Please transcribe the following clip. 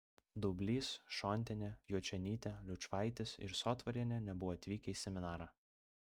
daublys šontienė juočionytė liučvaitis ir sotvarienė nebuvo atvykę į seminarą